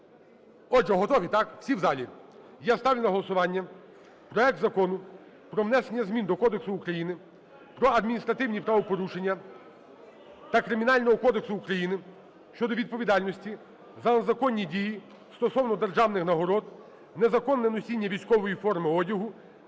Отже, готові, так, всі в залі? Я ставлю на голосування проект Закону про внесення змін до Кодексу України про адміністративні правопорушення та Кримінального кодексу України щодо відповідальності за незаконні дії стосовно державних нагород, незаконне носіння військової форми одягу